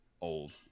old